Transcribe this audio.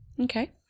Okay